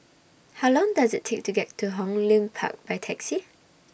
How Long Does IT Take to get to Hong Lim Park By Taxi